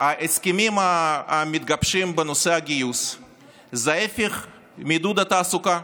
ההסכמים המתגבשים בנושא הגיוס הם ההפך מעידוד התעסוקה,